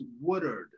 Woodard